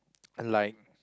like